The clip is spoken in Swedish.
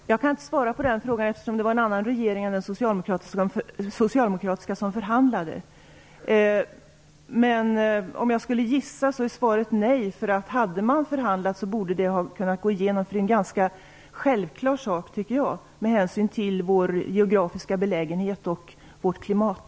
Herr talman! Jag kan inte svara på den frågan, eftersom det var en annan regering än den socialdemokratiska som förhandlade. Men jag skulle gissa att svaret på den frågan är nej - hade man förhandlat borde en förändring ha kunnat gå igenom; det är en ganska självklar sak, tycker jag, med hänsyn till vår geografiska belägenhet och vårt klimat.